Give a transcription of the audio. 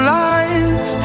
life